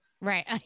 Right